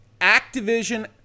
Activision